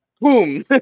Boom